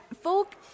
folk